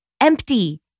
empty